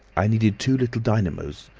i needed two little dynamos,